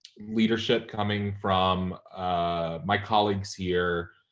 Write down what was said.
leadership coming from my colleagues here,